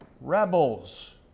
rebels